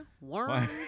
worms